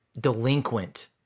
delinquent